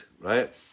right